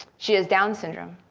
she has down syndrome.